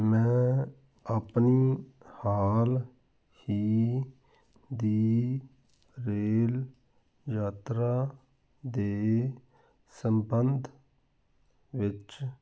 ਮੈਂ ਆਪਣੀ ਹਾਲ ਹੀ ਦੀ ਰੇਲ ਯਾਤਰਾ ਦੇ ਸੰਬੰਧ ਵਿੱਚ